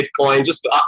Bitcoin—just